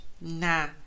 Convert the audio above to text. nah